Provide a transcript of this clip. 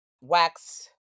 wax